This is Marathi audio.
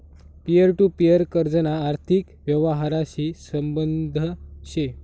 पिअर टु पिअर कर्जना आर्थिक यवहारशी संबंध शे